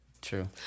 True